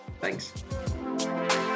Thanks